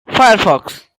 firefox